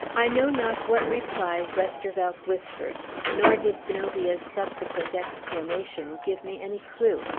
i know not what reply westervelt whispered nor did zenobia's subsequent exclamation give me any clew,